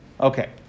Okay